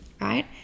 right